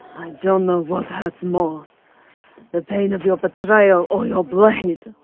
i don't know what hurts more the pain of your betrayal, or your blade.